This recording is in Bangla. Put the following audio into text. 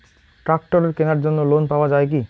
ট্রাক্টরের কেনার জন্য লোন পাওয়া যায় কি?